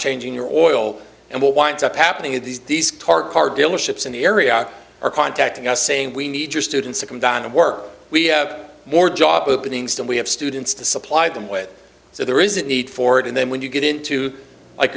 changing your oil and what winds up happening in these these car car dealerships in the area are contacting us saying we need your students to come down and work we have more job openings and we have students to supply them with so there is a need for it and then when you get into like